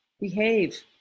behave